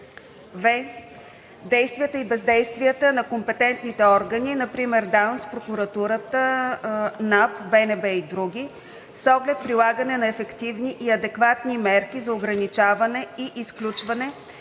в) действията и бездействията на компетентните органи (например ДАНС, прокуратурата, НАП, БНБ и др.) с оглед прилагане на ефективни и адекватни мерки за ограничаване и изключване